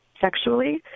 sexually